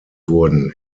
wurden